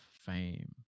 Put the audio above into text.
fame